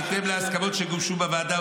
בהתאם להסכמות שגובשו בוועדה,